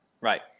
right